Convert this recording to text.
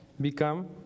become